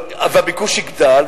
הביקוש יגדל,